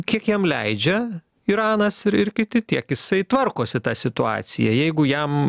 kiek jam leidžia iranas ir ir kiti tiek jisai tvarkosi tą situaciją jeigu jam